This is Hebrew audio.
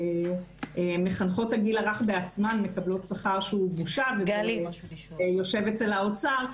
גם מחנכות הגיל הרך בעצמן מקבלות שכר שהוא בושה וזה יושב אצל האוצר.